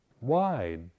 wide